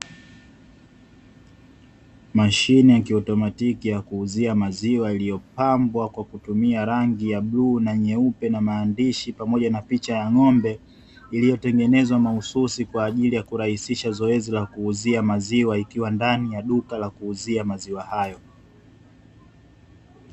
Mashine ya kiotomatiki ya kuuzia maziwa iliopambwa kwa kutumia rangi ya bluu na nyeupe na maandishi, pamoja na picha ya ng’ombe iliyotengenezwa mahususi kwaajili ya kurahisisha katika zoezi la kuuzia maziwa ikiwa ndani ya duka la kuuzia maziwa hayo.